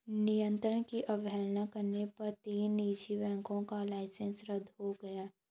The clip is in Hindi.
नियंत्रण की अवहेलना करने पर तीन निजी बैंकों का लाइसेंस रद्द हो गया